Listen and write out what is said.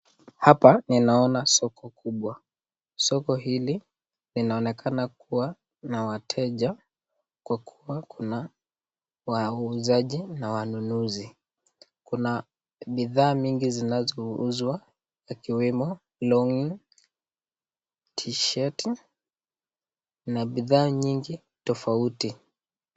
Hapa ninaona soko kubwa. Soko hili linaonekana kuwa na wateja kwa kuwa kuna wauzaji na wanunuzi. Kuna bidhaa mingi zinazouzwa ikiwemo longi, [t-shirt] na bidhaa nyingi tofauti.